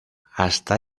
hasta